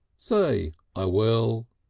say i will